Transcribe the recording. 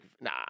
Nah